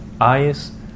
eyes